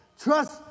Trust